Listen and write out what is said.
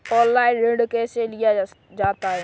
Online ऋण कैसे लिया जाता है?